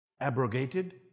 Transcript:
abrogated